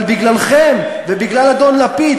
אבל בגללכם ובגלל אדון לפיד,